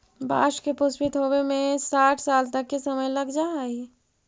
बाँस के पुष्पित होवे में साठ साल तक के समय लग जा हइ